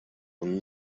con